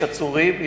יש עצורים,